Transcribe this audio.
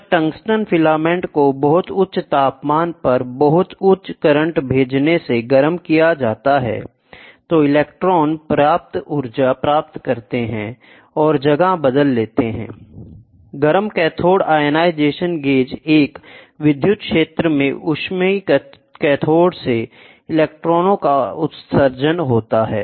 जब tungsten filament को बहुत उच्च तापमान पर बहुत उच्च करंट भेजने से गर्म किया जाता है तो इलेक्ट्रॉन पर्याप्त ऊर्जा प्राप्त करते हैं और जगह बदल लेते हैं I गर्म कैथोड आयनाइजेशन गेज एक विद्युत क्षेत्र में ऊष्मीय कैथोड से इलेक्ट्रॉनों का उत्सर्जन करता है